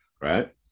right